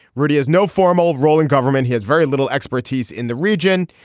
rudy has no formal role in government. he has very little expertise in the region.